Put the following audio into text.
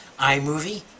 iMovie